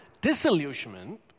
disillusionment